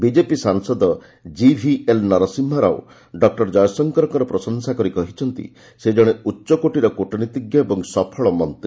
BJP ସାଂସଦ GVL Narasimha Rao doctor ଜୟଶଙ୍କରଙ୍କର ପ୍ରଶଂସା କରି କହିଛନ୍ତି ସେ ଜଣେ ଉଚ୍ଚକୋଟୀର କୃଟନୀତିଜ୍ଞ ଓ ସଫଳ ମନ୍ତ୍ରୀ